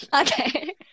Okay